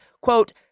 quote